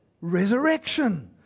Resurrection